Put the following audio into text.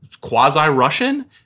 quasi-Russian